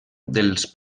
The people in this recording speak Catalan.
dels